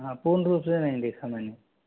हाँ पूर्ण रूप से नहीं देखा मैंने